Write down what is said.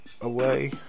away